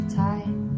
time